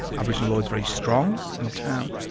aboriginal law is very strong in the town.